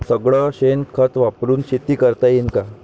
सगळं शेन खत वापरुन शेती करता येईन का?